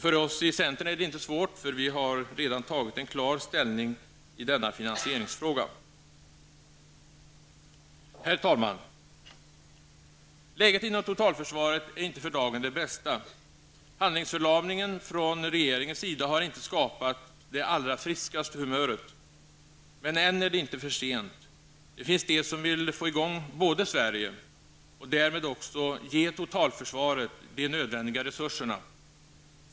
För oss i centern är det inte svårt, eftersom vi redan har gjort ett klart ställningstagande i denna finansieringsfråga. Herr talman! Läget inom totalförsvaret är för dagen inte det bästa. Handlingsförlamningen från regeringens sida har inte skapat det allra friskaste humöret. Men än är det inte för sent. Det finns de som vill få i gång Sverige och därmed även ge totalförsvaret de nödvändiga resurserna.